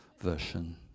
version